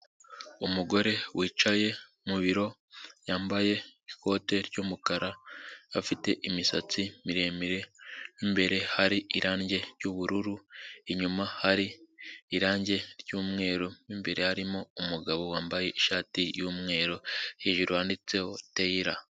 Umugore wicaye mu biro, yambaye ikote ry'umukara, afite imisatsi miremire, imbere hari irange ry'ubururu, inyuma hari irange ry'umweru, mo imbere harimo umugabo wambaye ishati y'umweru, hejuru handitseho teyira.